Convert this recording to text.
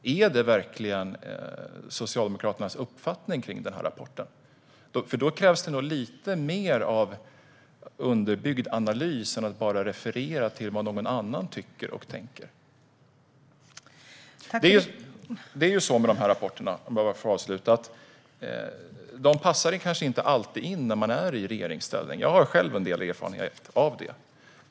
Är det verkligen Socialdemokraternas uppfattning om den här rapporten? Då krävs det nog lite mer av underbyggd analys i stället för att bara referera till vad någon annan tycker. De här rapporterna passar kanske inte alltid in när man är i regeringsställning. Jag har själv en del erfarenhet av detta.